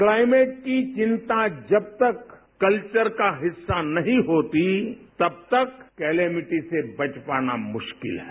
climate की चिंता जबतक कल्वर का हिस्सा नहीं होती तब तक क्लेमिटी से बच पाना मुश्किल है